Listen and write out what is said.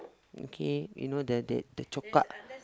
okay you know the the the